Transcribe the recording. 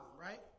right